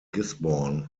gisborne